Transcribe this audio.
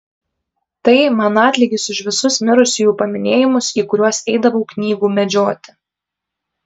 tai man atlygis už visus mirusiųjų paminėjimus į kuriuos eidavau knygų medžioti